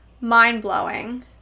Mind-blowing